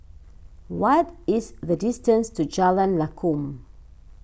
what is the distance to Jalan Lakum